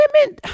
women